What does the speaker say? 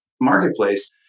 marketplace